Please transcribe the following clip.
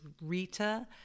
Rita